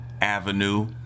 Avenue